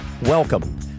Welcome